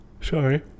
sorry